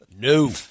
no